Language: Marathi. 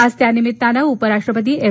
आज त्यानिमित्तानं उपराष्ट्रपती एम